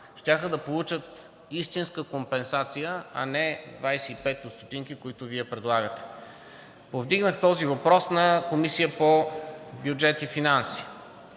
щяха да получат истинска компенсация, а не двадесет и петте стотинки, които Вие предлагате. Повдигнах този въпрос в Комисията по бюджет и финанси